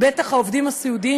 בטח העובדים הסיעודיים,